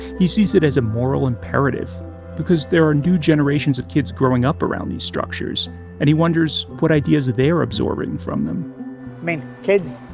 he sees it as a moral imperative because there are new generations of kids growing up around these structures and he wonders what ideas they're absorbing from them kids,